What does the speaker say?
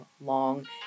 long